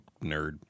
nerd